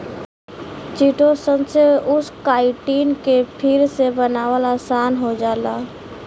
chitosan से उस chitin के फिर से बनावल आसान हो जाला